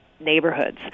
neighborhoods